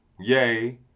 Yay